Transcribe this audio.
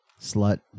Slut